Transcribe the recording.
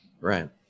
Right